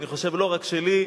אני חושב לא רק שלי,